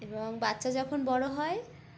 এবং বাচ্চা যখন বড়ো হয়